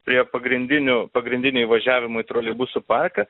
prie pagrindinių pagrindinio įvažiavimo į troleibusų parką